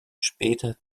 später